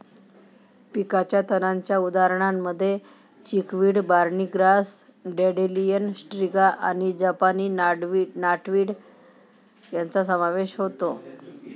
पिकाच्या तणांच्या उदाहरणांमध्ये चिकवीड, बार्नी ग्रास, डँडेलियन, स्ट्रिगा आणि जपानी नॉटवीड यांचा समावेश होतो